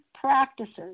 practices